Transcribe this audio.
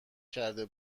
کرده